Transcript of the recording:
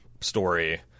story